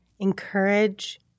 encourage